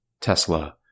Tesla